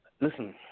Listen